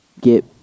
get